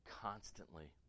constantly